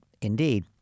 indeed